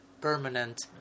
permanent